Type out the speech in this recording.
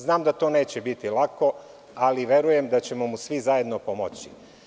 Znam da to neće biti lako, ali verujem da ćemo mu svi zajedno pomoći.